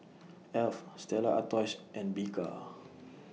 Alf Stella Artois and Bika